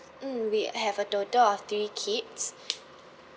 mm we have a total of three kids